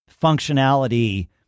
functionality